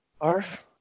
arf